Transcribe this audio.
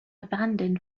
abandon